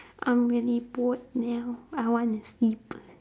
I'm really bored now I wanna sleep